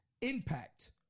Impact